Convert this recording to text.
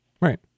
Right